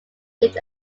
lived